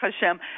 Hashem